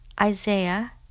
Isaiah